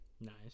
Nice